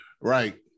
Right